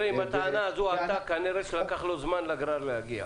אם הטענה הזו עלתה כנראה שלקח לגרר זמן להגיע.